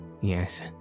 Yes